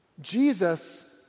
Jesus